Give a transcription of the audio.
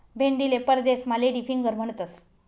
भेंडीले परदेसमा lady finger म्हणतंस